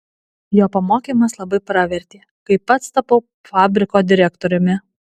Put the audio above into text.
jo pamokymas labai pravertė kai pats tapau fabriko direktoriumi